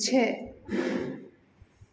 छः